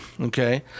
okay